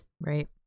Right